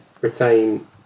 retain